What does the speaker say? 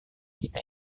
kita